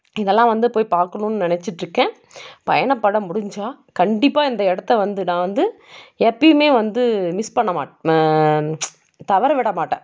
இதெல்லாம் வந்து போய் பார்க்கணும் நினச்சிட்ருக்கேன் பயணம் பண்ண முடிஞ்சால் கண்டிப்பாக இந்த இடத்த வந்து நான் வந்து எப்பவுமே வந்து மிஸ் பண்ண தவற விடமாட்டேன்